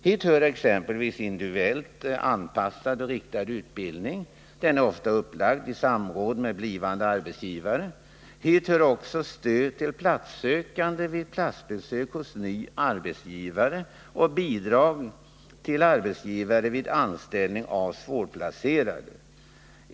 Hit hör exempelvis individuellt anpassad och riktad utbildning. Den är ofta upplagd i samråd med blivande arbetsgivare. Hit hör också stöd till platssökande vid anställningsbesök hos nya arbetsgivare och bidrag till arbetsgivare vid anställning av svårplacerade.